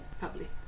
public